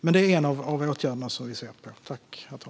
Detta är en av åtgärderna vi tittar på.